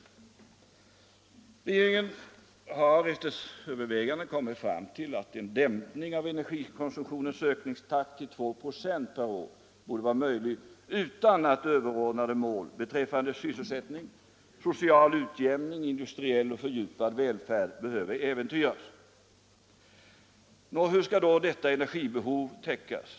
Regeringen har efter övervägande kommit fram till att en dämpning av energikonsumtionens ökningstakt till 2 96 per år borde vara möjlig utan att överordnade mål beträffande sysselsättning, social och ekono misk utjämning samt fördjupad välfärd behöver äventyras. Nå, hur skall då detta energibehov täckas?